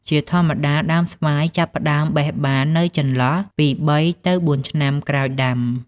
ជាធម្មតា ដើមស្វាយចាប់ផ្ដើមបេះបាននៅចន្លោះពី ៣ ទៅ ៤ ឆ្នាំក្រោយដាំ។